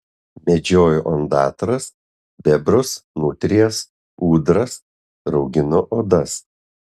medžioju ondatras bebrus nutrijas ūdras rauginu odas